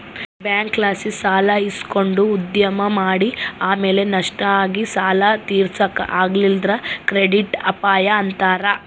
ಬ್ಯಾಂಕ್ಲಾಸಿ ಸಾಲ ಇಸಕಂಡು ಉದ್ಯಮ ಮಾಡಿ ಆಮೇಲೆ ನಷ್ಟ ಆಗಿ ಸಾಲ ತೀರ್ಸಾಕ ಆಗಲಿಲ್ಲುದ್ರ ಕ್ರೆಡಿಟ್ ಅಪಾಯ ಅಂತಾರ